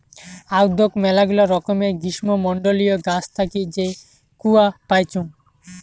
আদৌক মেলাগিলা রকমের গ্রীষ্মমন্ডলীয় গাছ থাকি যে কূয়া পাইচুঙ